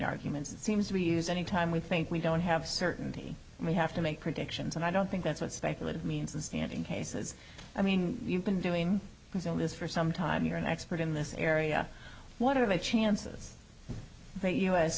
arguments and seems to be used anytime we think we don't have certainty and we have to make predictions and i don't think that's what speculative means and standing cases i mean you've been doing this for some time you're an expert in this area what are the chances that u